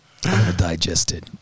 digested